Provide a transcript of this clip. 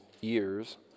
years